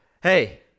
Hey